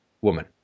woman